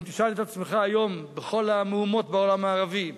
ואם תשאל את עצמך היום, בכל המהומות בעולם הערבי,